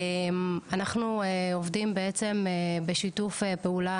אנחנו עובדים בעצם בשיתוף פעולה,